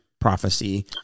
prophecy